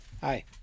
Hi